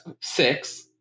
six